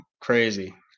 crazy